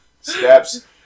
Steps